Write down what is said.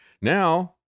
now